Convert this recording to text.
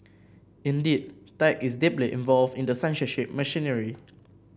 indeed tech is deeply involved in the censorship machinery